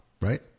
right